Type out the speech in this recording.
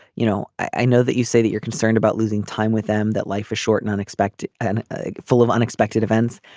you know i know that you say that you're concerned about losing time with them that life is short and unexpected and ah full of unexpected events.